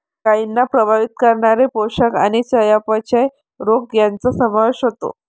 गायींना प्रभावित करणारे पोषण आणि चयापचय रोग यांचा समावेश होतो